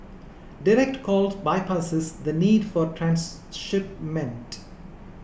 direct calls bypasses the need for transshipment